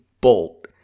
Bolt